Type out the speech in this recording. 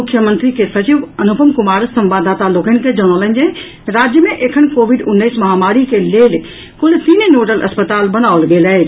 मुख्यमंत्री के सचिव अनुपम कुमार संवाददाता लोकनि के जनौलनि जे राज्य मे एखन कोविड उन्नैस महामारी के लेल कुल तीन नोडल अस्पताल बनाओल गेल अछि